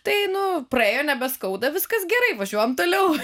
tai nu praėjo nebeskauda viskas gerai važiuojam toliau